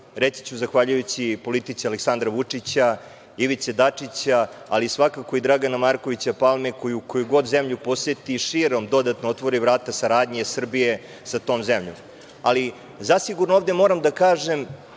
reći ću zahvaljujući politici Aleksandra Vučića, Ivice Dačića, ali svakako i Dragana Markovića Palme koji koju god zemlju poseti širom dodatno otvori vrata saradnje Srbije sa tom zemljom. Ali, zasigurno ovde moram da kažem